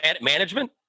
Management